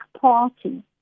party